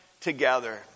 together